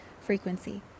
frequency